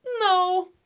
No